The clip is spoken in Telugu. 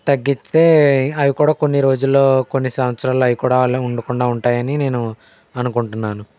తగ్గితే అవి కూడా కొన్ని రోజుల్లో కొన్ని సంవత్సరాల్లో అవి కూడా అలా ఉండకుండా ఉంటాయి అని నేను అనుకుంటున్నాను